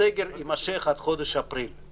הסגר יימשך עד חודש אפריל.